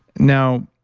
now,